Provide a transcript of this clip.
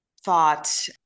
thought